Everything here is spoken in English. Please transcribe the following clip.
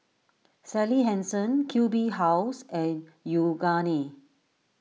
Sally Hansen Q B House and Yoogane